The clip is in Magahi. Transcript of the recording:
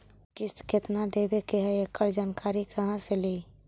किस्त केत्ना देबे के है एकड़ जानकारी कहा से ली?